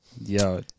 Yo